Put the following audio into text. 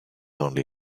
only